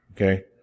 Okay